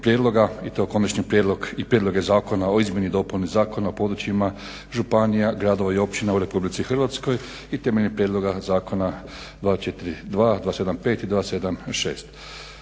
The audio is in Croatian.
i to konačni prijedlog i Prijedloge zakona o izmjeni i dopuni Zakona o područjima županija, gradova i općina u Republici Hrvatskoj i temeljem prijedloga zakona 242., 275. i 276.